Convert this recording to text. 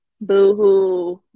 boohoo